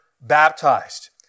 baptized